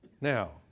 Now